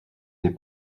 des